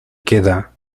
queda